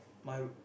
my